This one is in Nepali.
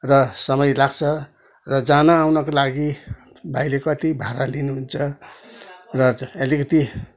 र समय लाग्छ र जान आउनको लागि भाइले कति भाडा लिनुहुन्छ र अलिकति